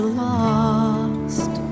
lost